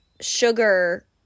sugar